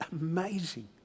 amazing